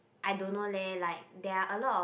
I don't know leh like there are a lot of